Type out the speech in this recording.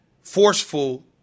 forceful